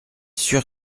sûr